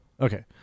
Okay